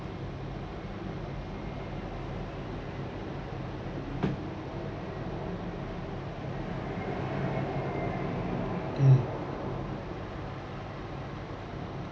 mm